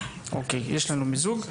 הצבעה אושר המיזוג אושר.